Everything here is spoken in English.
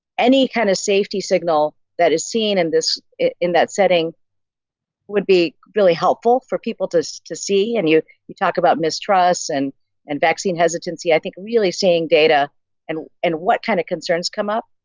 any kind of safety signal that is seen in this in that setting would be really helpful for people to see to see and you you talk about mistrust and and vaccine hesitancy. i think really seeing data and and what kind of concerns come up.